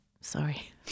Sorry